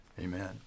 Amen